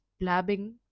blabbing